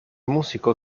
músico